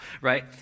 right